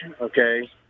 okay